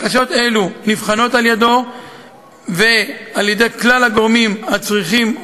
בקשות אלו נבחנות על-ידיו ועל-ידי כלל הגורמים הצריכים,